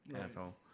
Asshole